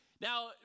Now